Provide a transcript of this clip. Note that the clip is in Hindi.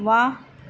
वाह